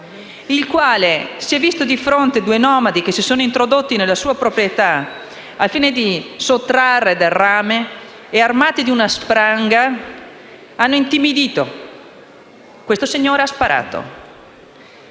che si è visto di fronte due nomadi, che si sono introdotti nella sua proprietà, al fine di sottrarre del rame e, armati di una spranga, lo hanno intimidito. Questo signore ha sparato,